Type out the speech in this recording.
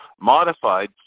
modified